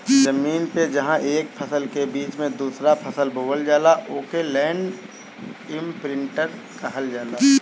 जमीन पर जहां एक फसल के बीच में दूसरा फसल बोवल जाला ओके लैंड इमप्रिन्टर कहल जाला